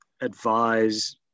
advise